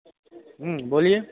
बोलिए